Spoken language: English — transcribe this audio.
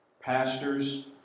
Pastors